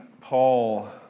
Paul